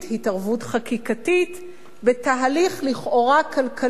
התערבות חקיקתית בתהליך לכאורה כלכלי